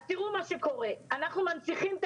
אז תראו מה שקורה: אנחנו מנציחים את